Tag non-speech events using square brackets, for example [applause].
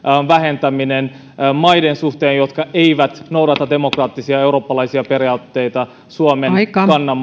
vähentäminen niiden maiden suhteen jotka eivät noudata demokraattisia ja eurooppalaisia periaatteita suomen kannan [unintelligible]